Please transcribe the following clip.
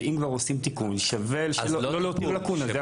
ואם כבר עושים תיקון אז שווה שלא תהיה לקונה.